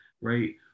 right